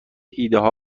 ایدهها